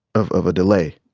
of of a delay,